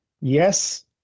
yes